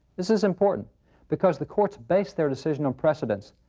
this is important because the courts base their decision on precedence.